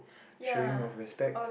showing of respect